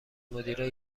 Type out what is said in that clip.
مدیره